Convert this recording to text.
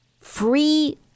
free